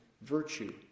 virtue